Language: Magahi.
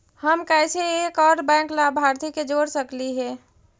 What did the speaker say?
हम कैसे एक और बैंक लाभार्थी के जोड़ सकली हे?